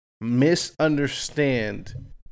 Misunderstand